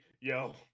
Yo